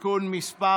(הצבת יוצאי צבא בשירות בתי הסוהר) (תיקון מס'